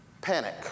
panic